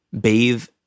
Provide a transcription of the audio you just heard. bathe